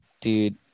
dude